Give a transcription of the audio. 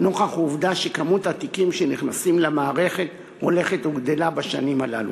נוכח העובדה שכמות התיקים שנכנסים למערכת הולכת וגדלה בשנים הללו.